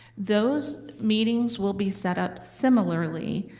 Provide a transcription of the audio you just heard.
those meetings will be set up similarly.